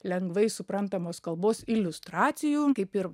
lengvai suprantamos kalbos iliustracijų kaip ir